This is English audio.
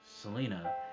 Selena